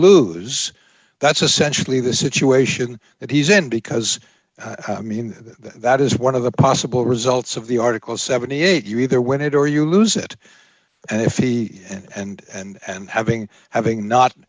lose that's essentially the situation that he's in because i mean that is one of the possible results of the article seventy eight you either win it or you lose it and if he and and having having not